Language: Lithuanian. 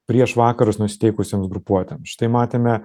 prieš vakarus nusiteikusioms grupuotėms štai matėme